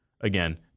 Again